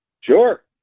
Sure